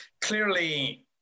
clearly